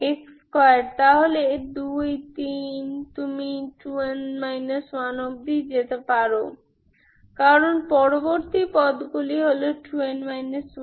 X2 তাহলে 2 3 তুমি 2n 1 অবধি যেতে পারো কারণ পরবর্তী পদগুলি হল 2n 1